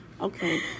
Okay